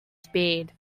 speed